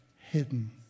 hidden